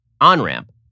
on-ramp